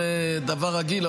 זה דבר רגיל,